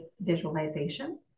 visualization